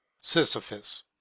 Sisyphus